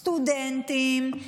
סטודנטים,